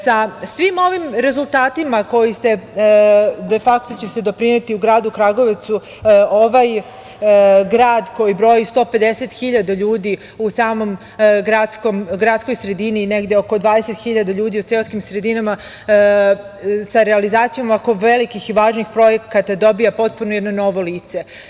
Sa svim ovim rezultatima de fakto će se doprineti gradu Kragujevcu, gradu koji broji 150.000 ljudi, a u samoj gradskoj sredini je negde oko 20.000 ljudi u seoskim sredinama i sa realizacijom ovako velikih i važnih projekata dobija potpuno jedno novo lice.